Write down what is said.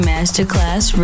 Masterclass